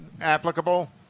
applicable